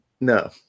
no